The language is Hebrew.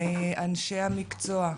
מאנשי המקצוע,